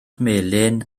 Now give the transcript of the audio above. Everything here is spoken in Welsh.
melyn